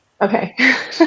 Okay